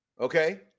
Okay